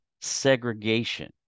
segregation